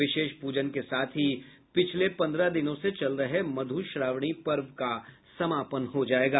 विशेष पूजन के साथ ही पिछले पन्द्रह दिनों से चल रहे मधुश्रावणी पर्व का समापन हो जाएगा